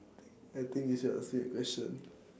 I think you should ask me a question